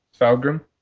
Falgrim